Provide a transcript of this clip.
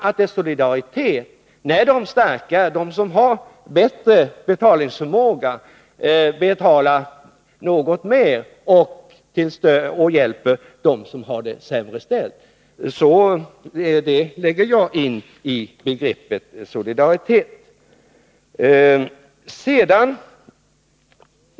Att de som har bättre betalningsförmåga betalar något mer för att hjälpa dem som har det sämre ställt är sådant som jag lägger in i begreppet solidaritet.